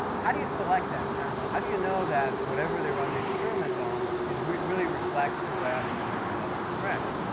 how do you select that sample? how do you know that whatever they run the experiment on really really reflects the web, and so the results are correct?